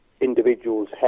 individuals